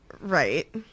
right